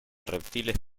reptiles